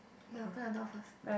you open the door first